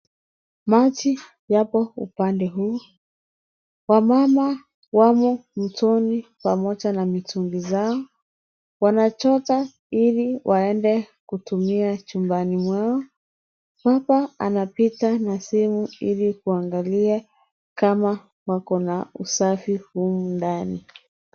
Maji yapo upande huu, wamama wamo mtoni pamoja na mitungi zao, wanachota ili waende kutumia chumbani mwao, baba anapita na simu ili kuangalia kama wako na usafi humu ndani.